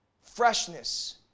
freshness